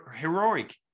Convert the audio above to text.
heroic